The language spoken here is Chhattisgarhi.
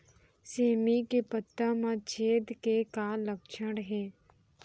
सेमी के पत्ता म छेद के का लक्षण हे?